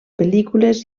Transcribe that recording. pel·lícules